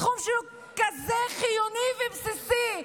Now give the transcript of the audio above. זה תחום שהוא כזה חיוני ובסיסי,